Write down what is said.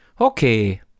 Okay